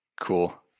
Cool